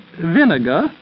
vinegar